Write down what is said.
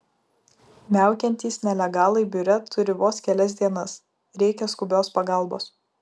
miaukiantys nelegalai biure turi vos kelias dienas reikia skubios pagalbos